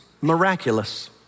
miraculous